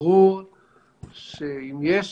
שברור שאם יש